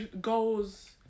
Goals